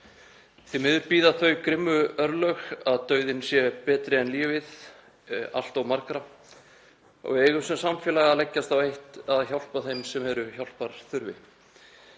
Því miður bíða þau grimmu örlög að dauðinn sé betri en lífið allt of margra og við eigum sem samfélag að leggjast á eitt að hjálpa þeim sem eru hjálparþurfi.